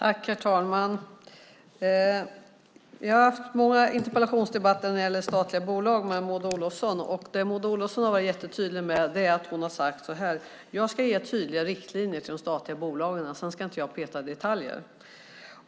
Herr talman! Vi har haft många interpellationsdebatter om statliga bolag med Maud Olofsson. Det Maud Olofsson har varit jättetydlig med är att hon ska ge tydliga riktlinjer till de statliga bolagen, men sedan inte peta i detaljer.